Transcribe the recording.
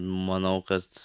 manau kad